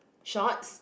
shorts